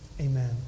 Amen